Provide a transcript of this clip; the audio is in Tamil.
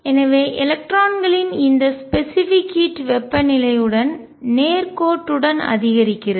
எனவே எலக்ட்ரான்களின் இந்த ஸ்பெசிபிக் ஹீட் குறிப்பிட்ட வெப்பம் வெப்பநிலையுடன் நேர்கோட்டுடன் அதிகரிக்கிறது